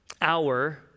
hour